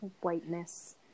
whiteness